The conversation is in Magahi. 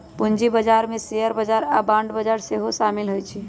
पूजी बजार में शेयर बजार आऽ बांड बजार सेहो सामिल होइ छै